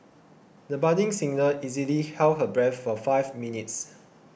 the budding singer easily held her breath for five minutes